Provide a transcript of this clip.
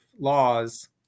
laws